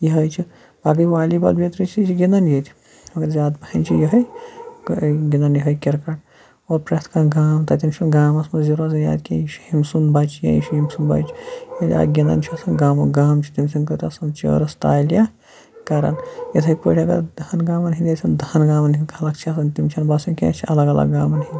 یِہٕے چھِ پَتہٕ گٔے والی بال بیترِ چھِ یہِ چھِ گِنٛدان ییٚتہِ مگر زیادٕ پَہَنۍ چھِ یِہٕے گِنٛدان یِہٕے کِرکَٹ ا ور پرٛٮ۪تھ کانٛہہ گام تَتٮ۪ن چھُنہٕ گامَس منٛز یہِ روزان یاد کینٛہہ یہِ چھُ ہُمۍ سُنٛد بَچہِ یا یہِ چھُ یٔمۍ سُنٛد بَچہِ ییٚلہِ اَکھ گِنٛدان چھُ آسان گامُک گام چھُ تٔمۍ سٕنٛدۍ خٲطرٕ آسان چِیٲرٕس تالیہ کَران یِتھَے پٲٹھۍ اگر دَہَن گامَن ہِنٛدۍ آسَن دَہَن گامَن ہِنٛدۍ خلق چھِ آسان تِم چھِنہٕ باسان کینٛہہ أسۍ چھِ الگ الگ گامَن ہِنٛدۍ